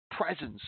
presence